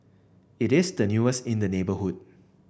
it is the newest in the neighbourhood